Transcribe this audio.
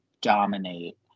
dominate